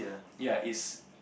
ya is